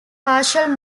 partial